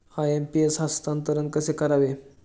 IMPS हस्तांतरण कसे करावे?